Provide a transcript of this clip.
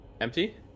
empty